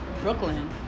Brooklyn